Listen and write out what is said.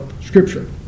scripture